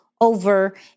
over